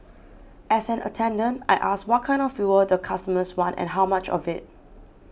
as an attendant I ask what kind of fuel the customers want and how much of it